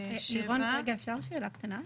לירון, רגע, אפשר שאלה קטנה?